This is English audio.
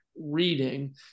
reading